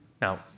Now